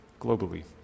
globally